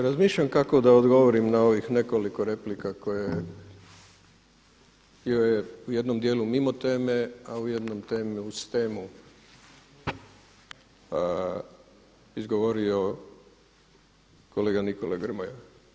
Razmišljam kako da odgovorim na ovih nekoliko replika koje je u jednom dijelu mimo teme, a u jednom uz temu izgovorio kolega Nikola Grmoja.